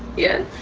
yes.